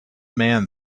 man